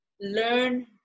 learn